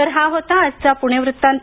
तर हा होता आजचा प्णे वृत्तांत